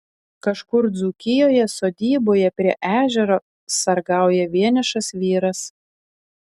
kažkur dzūkijoje sodyboje prie ežero sargauja vienišas vyras